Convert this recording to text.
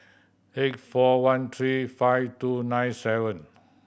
eight four one three five two nine seven